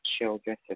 children